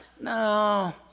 no